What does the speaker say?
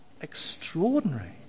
extraordinary